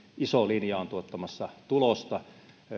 iso linja on tuottamassa tulosta